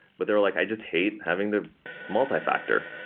but they were like, i just hate having to multifactor.